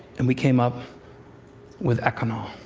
and we came up with econol.